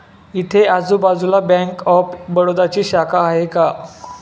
इथे आजूबाजूला bank of बडोदाची शाखा आहे का?